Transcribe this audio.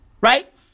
right